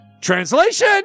Translation